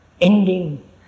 ending